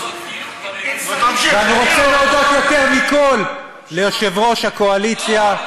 ואני רוצה להודות יותר מכול ליושב-ראש הקואליציה,